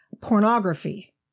pornography